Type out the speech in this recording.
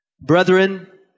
Brethren